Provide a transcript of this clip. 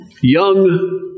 young